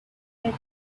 had